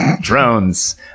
Drones